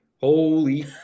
Holy